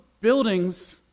buildings